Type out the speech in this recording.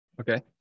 Okay